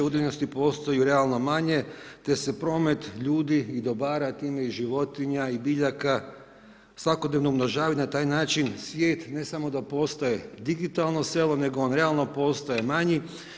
Udaljenosti postoje realno manje, te se promet ljudi i dobara time i životinja i biljaka svakodnevno umnožava i na taj način svijet ne samo da postaje digitalno selo, nego on realno postaje manji.